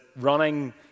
running